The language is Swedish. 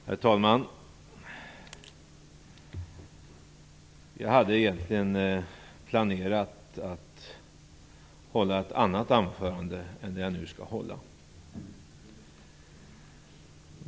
Herr talman! Jag hade egentligen planerat att hålla ett annat anförande än det jag nu skall hålla.